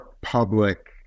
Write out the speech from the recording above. public